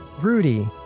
Rudy